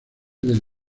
del